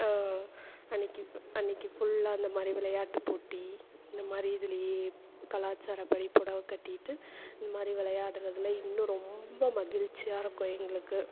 அன்னைக்கு அன்னைக்கு ஃபுல்லாக அந்த மாதிரி விளையாட்டு போட்டி இந்த மாதிரி இதிலையே கலாச்சாரப்படி புடவ கட்டிக்கிட்டு இதுமாதிரி விளையாடுறதுல இன்னும் ரொம்ப மகிழ்ச்சியாக இருக்கும் எங்களுக்கு